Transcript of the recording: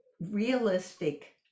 realistic